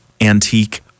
antique